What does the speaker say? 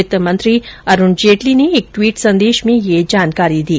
वित्तमंत्री अरूण जेटली ने एक ट्वीट संदेश में यह जानकारी दी